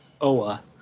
Oa